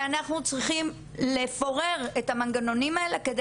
אנחנו צריכים לפורר את המנגנונים האלה כדי